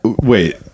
wait